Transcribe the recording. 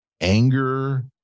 anger